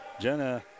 Jenna